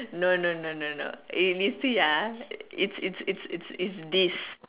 no no no no no you you see ah it's it's it's it's it's this